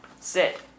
sit